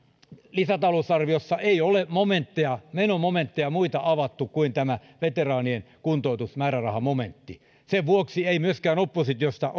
lisätalousarviossa ei ole muita menomomentteja avattu kuin tämä veteraanien kuntoutusmäärärahamomentti sen vuoksi ei myöskään oppositiosta